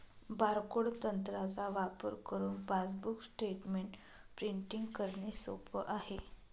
barcode तंत्राचा वापर करुन पासबुक स्टेटमेंट प्रिंटिंग करणे सोप आहे